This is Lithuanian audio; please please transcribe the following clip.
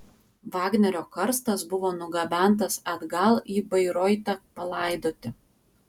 vagnerio karstas buvo nugabentas atgal į bairoitą palaidoti